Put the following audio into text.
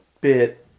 bit